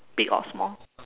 big or small